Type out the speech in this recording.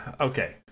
Okay